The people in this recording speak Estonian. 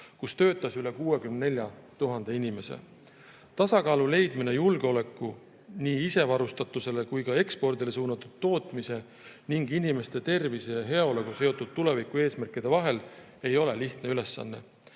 kus töötas üle 64 000 inimese. Tasakaalu leidmine julgeoleku, nii isevarustatusele kui ka ekspordile suunatud tootmise ning inimeste tervise ja heaoluga seotud tulevikueesmärkide vahel ei ole lihtne ülesanne.